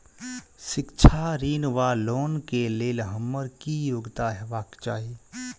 शिक्षा ऋण वा लोन केँ लेल हम्मर की योग्यता हेबाक चाहि?